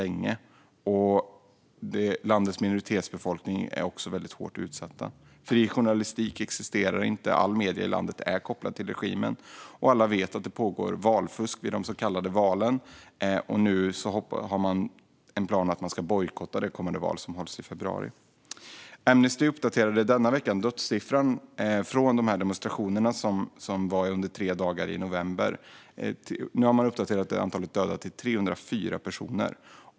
Landets minoritetsbefolkning är också hårt utsatt. Fri journalistisk existerar inte. Alla medier i landet är kopplade till regimen. Alla vet också att det pågår fusk vid de så kallade valen. Nu har man en plan att man ska bojkotta kommande "val" i februari. Amnesty uppdaterade den här veckan dödssiffran från demonstrationerna under tre dagar i november till minst 304 personer.